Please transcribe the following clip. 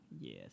Yes